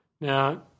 Now